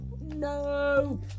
No